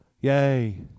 Yay